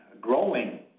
growing